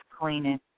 cleaning